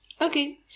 Okay